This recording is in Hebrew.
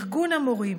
ארגון המורים,